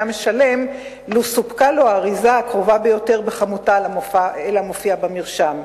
משלם לו סופקה לו האריזה הקרובה ביותר בכמותה למופיע במרשם.